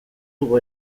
dugu